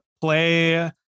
play